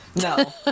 no